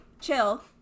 chill